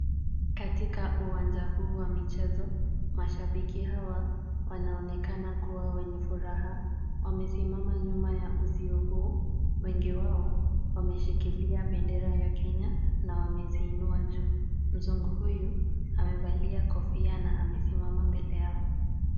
Katika uwanja huu wa michezo mashabiki hawa wanaonekana kuwa wenye furaha, wamesimama nyuma ya uzio huyu wengi wao wameshikilia bendera ya Kenya na wameziinua juu, mzungu huyu amevalia kofia na amesimama mbele yao.